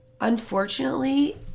unfortunately